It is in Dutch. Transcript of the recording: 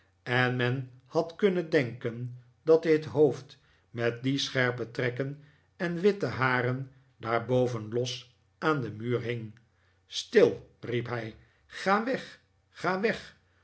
en men had kunnen denken dat dit hoofd met die scherpe trekken en witte haren daarboven los aan den muur hing stil riep hij ga weg ga weg